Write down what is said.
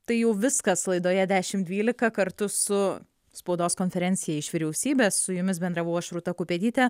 tai jau viskas laidoje dešimt dvylika kartu su spaudos konferencija iš vyriausybės su jumis bendravau aš rūta kupetytė